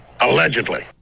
Allegedly